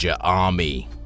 Army